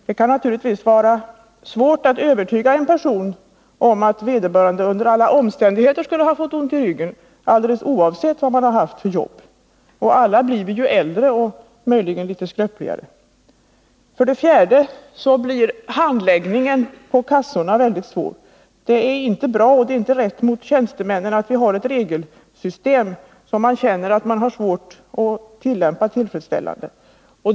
Det kan naturligtvis vara svårt att övertyga en person om att vederbörande under alla omständigheter skulle ha fått ont i ryggen, alldeles oavsett vad han eller hon har haft för jobb. Alla blir vi ju äldre och möjligen litet skröpligare. För det fjärde blir handläggningen på kassorna väldigt svår att genomföra. Det är inte bra, och det är inte rätt mot tjänstemännen att vi har ett regelsystem som upplevs som svårt att tillämpa på ett tillfredsställande sätt.